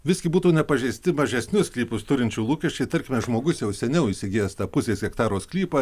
visgi būtų nepažeisti mažesnius sklypus turinčių lūkesčiai tarkime žmogus jau seniau įsigijęs tą pusės hektaro sklypą